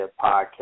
Podcast